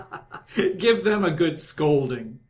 give them a good scolding.